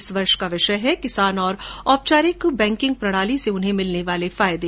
इस वर्ष का विषय है किसान और औपचारिक बैकिंग प्रणाली से उन्हें मिलने वाले फायदे